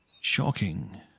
Shocking